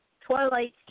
Twilight